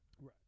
Right